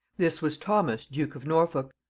this was thomas duke of norfolk.